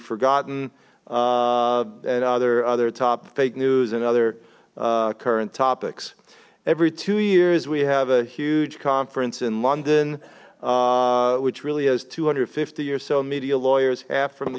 forgotten and other other top fake news and other current topics every two years we have a huge conference in london which really has two hundred and fifty or so media lawyers half from the